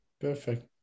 perfect